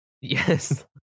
Yes